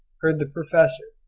heard the professor,